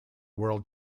world